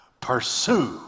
pursue